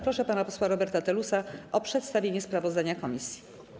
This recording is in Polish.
Proszę pana posła Roberta Telusa o przedstawienie sprawozdania komisji.